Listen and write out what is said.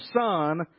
son